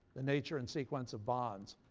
the nature and sequence of bonds?